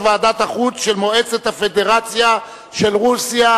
ועדת החוץ של מועצת הפדרציה של רוסיה,